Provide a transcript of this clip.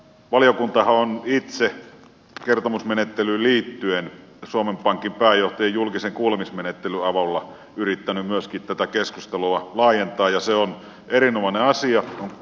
valiokuntahan on itse kertomusmenettelyyn liittyen suomen pankin pääjohtajan julkisen kuulemismenettelyn avulla yrittänyt myöskin tätä keskustelua laajentaa ja se on erinomainen asia